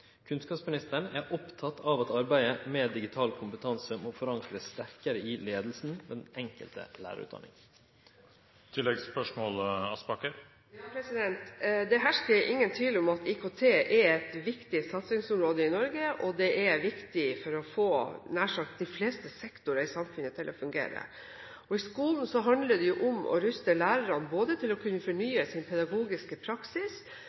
Kunnskapsministeren er oppteken av at arbeidet med digital kompetanse må verte forankra sterkare i leiinga ved den enkelte lærarutdanning. Det hersker ingen tvil om at IKT er et viktig satsingsområde i Norge, og det er viktig for å få – nær sagt – de fleste sektorer i samfunnet til å fungere. I skolen handler det om å ruste lærerne til å kunne både fornye sin pedagogiske praksis